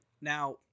Now